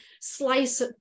slice